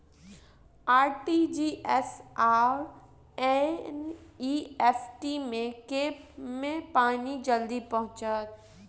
RTGS आओर NEFT मे केँ मे पानि जल्दी पहुँचत